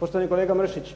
Poštovani kolega Mršić,